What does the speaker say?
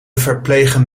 verplegen